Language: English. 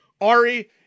Ari